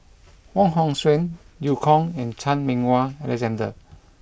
Wong Hong Suen Eu Kong and Chan Meng Wah Alexander